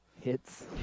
Hits